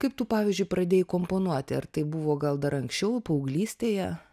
kaip tu pavyzdžiui pradėjai komponuoti ar tai buvo gal dar anksčiau paauglystėje